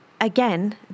again